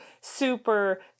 super